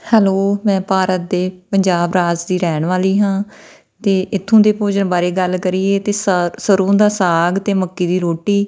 hello ਮੈਂ ਭਾਰਤ ਦੇ ਪੰਜਾਬ ਰਾਜ ਦੀ ਰਹਿਣ ਵਾਲੀ ਹਾਂ ਅਤੇ ਇੱਥੋਂ ਦੇ ਭੋਜਨ ਬਾਰੇ ਗੱਲ ਕਰੀਏ ਤਾਂ ਸਾ ਸਰੋਂ ਦਾ ਸਾਗ ਅਤੇ ਮੱਕੀ ਦੀ ਰੋਟੀ